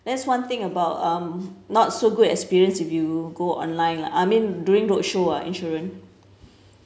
that's one thing about um not so good experience if you go online lah I mean during roadshow ah insurance